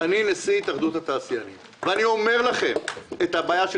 אני נשיא התאחדות התעשיינים ואני אומר לכם: את הבעיה של